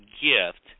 gift